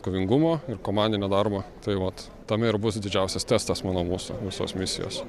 kovingumo ir komandinio darbo tai vat tame ir bus didžiausias testas manau mūsų visos misijos